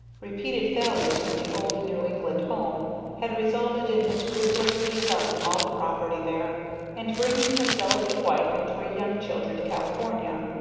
repeated failures in the old new england home had resulted in his ruthlessly selling all the property there and bringing his delicate wife and three young children to california.